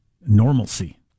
normalcy